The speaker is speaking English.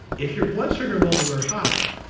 if your blood sugar levels are high,